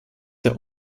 der